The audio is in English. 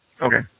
Okay